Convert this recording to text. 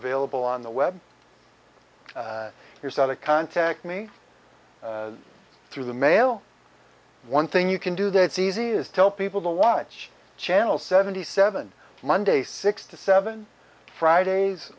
vailable on the web here's how to contact me through the mail one thing you can do that it's easy is tell people to watch channel seventy seven monday six to seven fridays